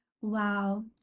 Wow